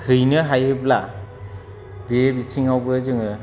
हैनो हायोब्ला बे बिथिङावबो जोङो